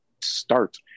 start